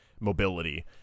mobility